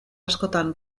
askotan